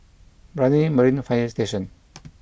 Brani Marine Fire Station